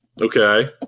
Okay